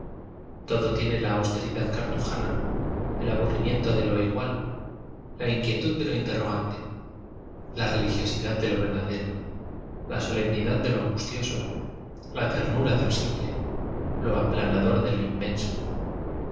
todo tiene la austeridad cartujana el aburrimiento de lo igual la inquietud de lo interrogante la religiosidad de lo verda dero la solemnidad de lo angustioso la ternura de lo simple lo aplanador de lo inmenso